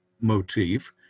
motif